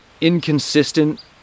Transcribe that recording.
inconsistent